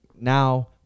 now